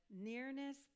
nearness